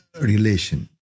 relation